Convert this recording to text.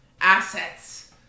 Assets